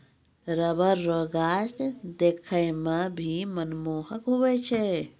rubber रो गाछ देखै मे भी मनमोहक हुवै छै